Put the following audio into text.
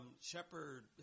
Shepard